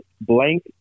blank